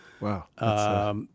Wow